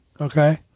Okay